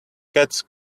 gets